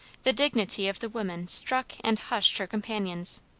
the dignity of the woman struck and hushed her companions.